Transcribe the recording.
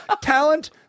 Talent